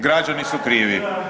Građani su krivi.